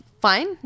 fine